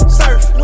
surf